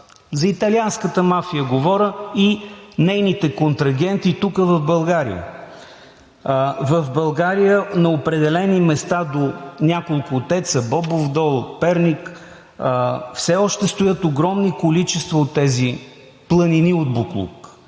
За италианската мафия говоря и нейните контрагенти тук, в България. В България на определени места до няколко ТЕЦ-а – „Бобов дол“, „Перник“, все още стоят огромни количества от тези планини от боклук.